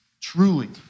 truly